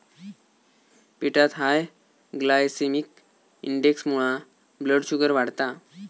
पिठात high glycemic इंडेक्समुळा blood sugar वाढता